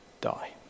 die